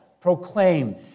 proclaim